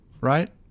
Right